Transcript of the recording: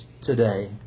today